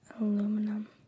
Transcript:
Aluminum